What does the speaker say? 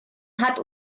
hat